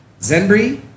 Zenbri